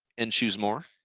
and choose more.